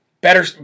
Better